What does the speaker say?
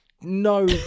No